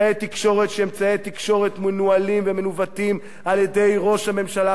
תקשורת שהם אמצעי תקשורת מנוהלים ומנווטים על-ידי ראש הממשלה והממשלה,